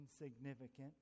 insignificant